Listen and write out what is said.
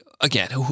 again